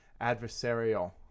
adversarial